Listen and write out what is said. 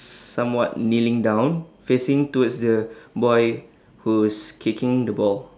somewhat kneeling down facing towards the boy who's kicking the ball